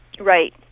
Right